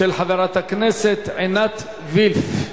של חברת הכנסת עינת וילף.